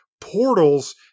portals